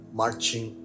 marching